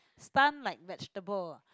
stunt like vegetable